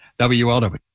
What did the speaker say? WLW